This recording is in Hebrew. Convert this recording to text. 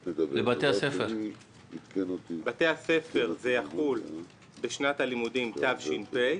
על בתי הספר זה יחול בשנת הלימודים תש"פ.